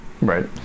Right